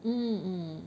mm